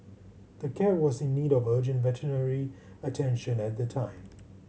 the cat was in need of urgent veterinary attention at the time